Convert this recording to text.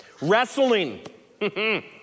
Wrestling